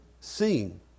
sing